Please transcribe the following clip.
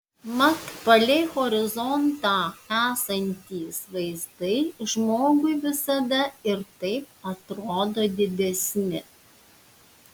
mat palei horizontą esantys vaizdai žmogui visada ir taip atrodo didesni